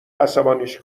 عصبانیش